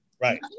Right